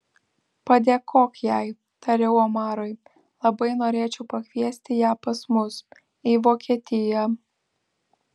padėkok jai tariau omarui labai norėčiau pakviesti ją pas mus į vokietiją